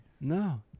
No